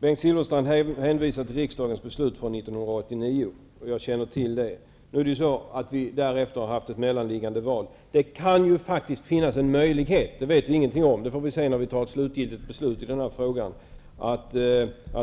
Bengt Silfverstrand hänvisade till riksdagens beslut från 1989. Jag känner till detta. Därefter har det hållits ett mellanliggande val. Det kan finnas en möjlighet att det här i kammaren finns en annan uppfattning än den som rådde före valet.